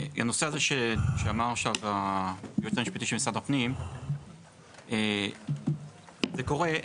הנושא הזה שאמר עכשיו היועץ המשפטי של משרד הפנים - זה קורה,